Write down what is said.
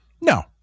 No